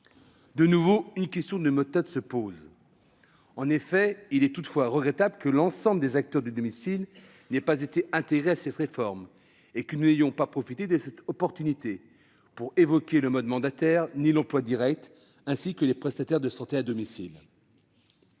De nouveau, une question de méthode se pose. En effet, il est regrettable que l'ensemble des acteurs du domicile n'aient pas été intégrés à cette réforme et que nous n'ayons pas profité de cette opportunité pour évoquer le mode mandataire, l'emploi direct et les prestataires de santé à domicile.